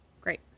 Great